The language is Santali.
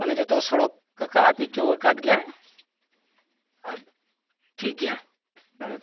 ᱢᱟᱱᱮ ᱡᱚᱛᱚ ᱥᱚᱲᱚᱠ ᱯᱤᱪ ᱚᱪᱚᱣ ᱟᱠᱟᱜ ᱜᱮᱭᱟ ᱟᱨ ᱴᱷᱤᱠ ᱜᱮᱭᱟ ᱱᱚᱰᱮ